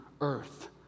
earth